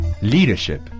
Leadership